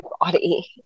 body